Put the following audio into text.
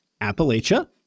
Appalachia